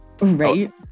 Right